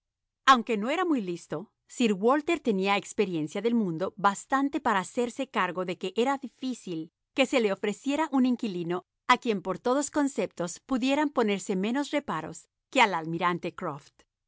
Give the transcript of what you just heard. aunque no era muy listo sir walter tenía experiencia del mundo bastante para hacerse cargo de que era difícil que se le ofreciera un inquilino a quien por todos conceptos pudieran ponerse menos reparos que al almirante